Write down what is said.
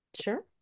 Sure